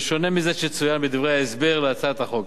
בשונה מזה שצוין בדברי ההסבר להצעת החוק.